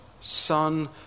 son